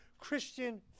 christian